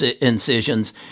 incisions